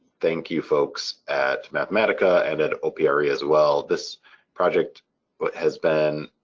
thank you folks at mathematica and at opre, as well. this project but has been,